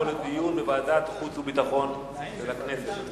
לדיון בוועדת החוץ והביטחון של הכנסת.